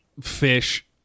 fish